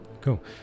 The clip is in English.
Cool